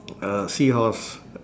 a seahorse